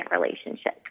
relationship